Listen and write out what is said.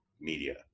media